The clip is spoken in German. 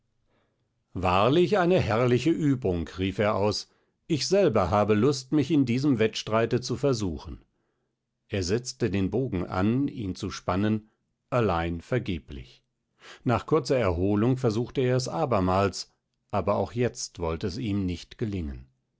wahrlich eine herrliche übung rief er aus ich selber habe lust mich in diesem wettstreite zu versuchen er setzte den bogen an ihn zu spannen allein vergeblich nach kurzer erholung versuchte er es abermals aber auch jetzt wollte es ihm nicht gelingen